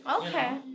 Okay